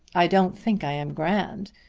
i don't think i am grand.